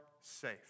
safe